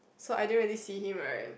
so I didn't see him Ryan